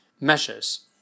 measures